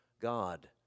God